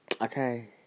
Okay